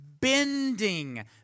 bending